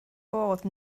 bod